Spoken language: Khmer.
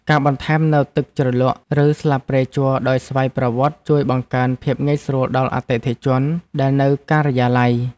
ការបន្ថែមនូវទឹកជ្រលក់ ឬស្លាបព្រាជ័រដោយស្វ័យប្រវត្តិជួយបង្កើនភាពងាយស្រួលដល់អតិថិជនដែលនៅការិយាល័យ។